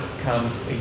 comes